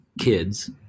kids